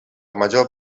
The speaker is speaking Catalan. major